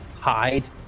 hide